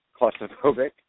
claustrophobic